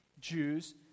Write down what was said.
Jews